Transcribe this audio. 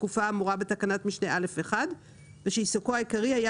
בתקופה האמורה בתקנת משנה (א)(1) ושעיסוקו העיקרי היה